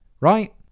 right